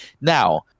Now –